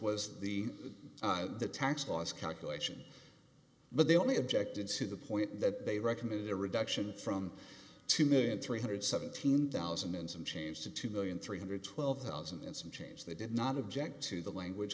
was the the tax loss calculation but they only objected to the point that they recommended a reduction from two million three hundred seventeen thousand and some change to two million three hundred twelve thousand and some change they did not object to the language